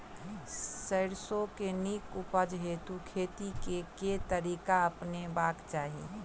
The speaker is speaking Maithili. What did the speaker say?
सैरसो केँ नीक उपज हेतु खेती केँ केँ तरीका अपनेबाक चाहि?